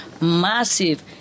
massive